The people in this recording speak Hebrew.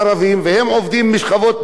והם עובדים מהפריפריה.